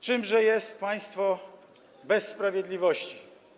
Czymże jest państwo bez sprawiedliwości?